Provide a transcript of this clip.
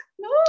no